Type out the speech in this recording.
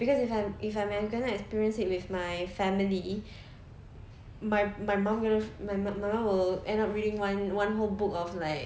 cause if I'm if I'm cannot experience it with my family my my mum who knows my mum will end up reading one one whole book of like